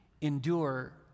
endure